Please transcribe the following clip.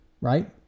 Right